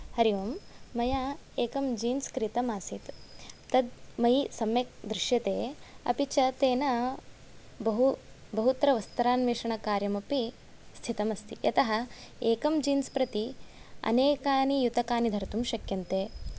हरि ओम् मया एकं जीन्स् क्रीतम् आसीत् तत् मयि सम्यक् दृश्यते अपि च तेन बहु बहुत्र वस्त्रान्वेषणकार्यमपि स्थितम् अस्ति यतः एकं जीन्स् प्रति अनेकानि युतकानि धर्तुं शक्यन्ते